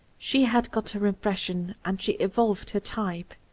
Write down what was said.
she had got her impression, and she evolved her type.